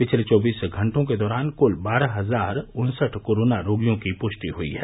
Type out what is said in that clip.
पिछले चौबीस घंटों के दौरान कुल बारह हजार उनसठ कोरोना रोगियों की पुष्टि हुई है